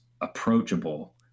approachable